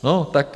No, tak...